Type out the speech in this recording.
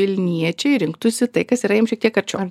vilniečiai rinktųsi tai kas yra jiems šiek tiek arčiau